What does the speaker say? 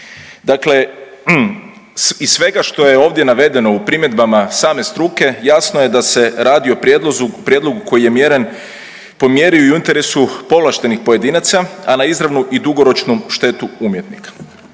Dakle, iz svega što je ovdje navedeno u primjedbama same struke jasno je da se radi o prijedlogu koji je mjeren po mjeri i u interesu povlaštenih pojedinaca, a na izravnu i dugoročnu štetu umjetnika.